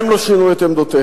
הם לא שינו את עמדותיהם.